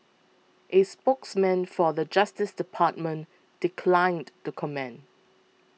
a spokesman for the Justice Department declined to comment